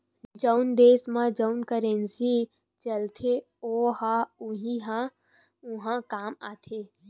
जउन देस म जउन करेंसी चलथे ओ ह उहीं ह उहाँ काम आही